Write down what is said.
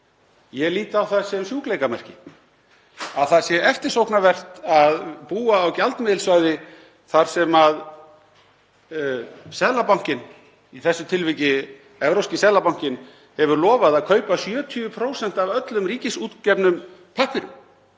Ég lít á það sem sjúkleikamerki að það sé eftirsóknarvert að búa á gjaldmiðilssvæði þar sem Seðlabankinn, í þessu tilviki Evrópski seðlabankinn, hefur lofað að kaupa 70% af öllum ríkisútgefnum pappírum